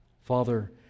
Father